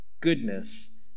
goodness